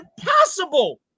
impossible